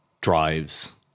drives